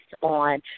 on